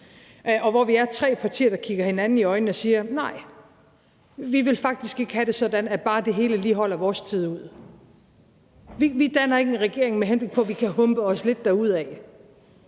Og hvor vi er tre partier, der kigger hinanden i øjnene og siger: Nej, vi vil faktisk ikke have det sådan, at det hele bare lige skal holde vores tid ud. Vi danner ikke en regering med henblik på, at vi skal humpe os lidt derudad.